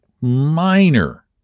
minor